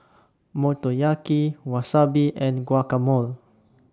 Motoyaki Wasabi and Guacamole